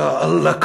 יא אללה,